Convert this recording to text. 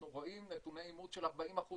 אנחנו רואים נתוני אימוץ של 40%